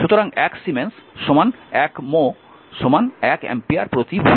সুতরাং 1 siemens 1 mho 1 ampere প্রতি volt